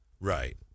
Right